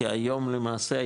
כי היום למעשה,